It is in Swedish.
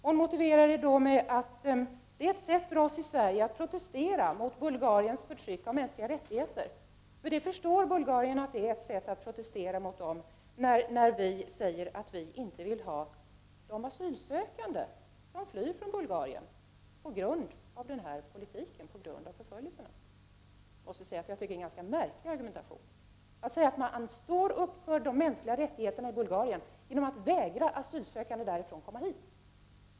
Hon har motiverat det med att det är ett sätt för oss i Sverige att protestera mot Bulgariens förtryck av mänskliga rättigheter, för bulgariska myndigheter förstår att det är ett sätt att protestera mot dem när vi säger att vi inte vill ha de asylsökande som flyr från Bulgarien på grund av den förda politiken och förföljelserna. Jag måste säga att det är en ganska märklig argumentation att säga att man står upp för de mänskliga rättigheterna i Bulgarien genom att vägra asylsökande därifrån att komma hit!